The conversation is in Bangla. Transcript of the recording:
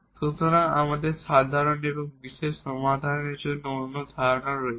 সুতরাং আমাদের সাধারণ এবং বিশেষ সমাধানের অন্য ধারণা রয়েছে